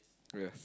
yes